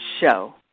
show